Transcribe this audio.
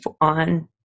on